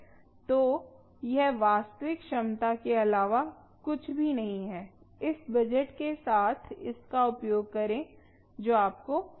तो यह वास्तविक क्षमता के अलावा कुछ भी नहीं है इस बजट के साथ इसका उपयोग करें जो आपको मिला है